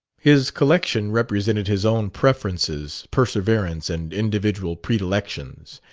his collection represented his own preferences, perseverance and individual predilections.